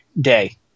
day